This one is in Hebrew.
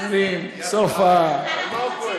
אתה לא פורש.